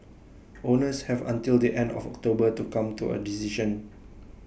owners have until the end of October to come to A decision